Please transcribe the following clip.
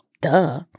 Duh